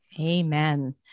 Amen